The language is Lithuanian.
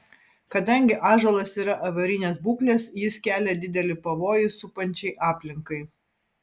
kadangi ąžuolas yra avarinės būklės jis kelia didelį pavojų supančiai aplinkai